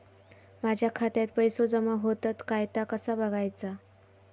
माझ्या खात्यात पैसो जमा होतत काय ता कसा बगायचा?